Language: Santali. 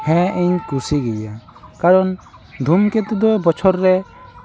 ᱦᱮᱸ ᱤᱧ ᱠᱩᱥᱤ ᱜᱮᱭᱟ ᱠᱟᱨᱚᱱ ᱫᱷᱩᱢᱠᱮᱛᱩ ᱫᱚ ᱵᱚᱪᱷᱚᱨ ᱨᱮ